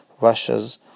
Russia's